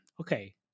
okay